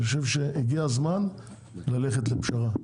אני חושב שהגיע הזמן ללכת לפשרה.